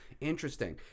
Interesting